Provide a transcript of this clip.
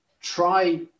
try